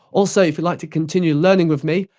also if you like to continue learning with me,